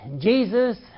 Jesus